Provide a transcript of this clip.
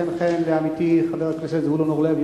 חן-חן לעמיתי חבר הכנסת זבולון אורלב,